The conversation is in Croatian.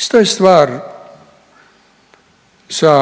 Ista je stvar sa